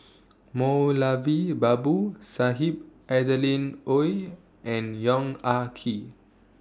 Moulavi Babu Sahib Adeline Ooi and Yong Ah Kee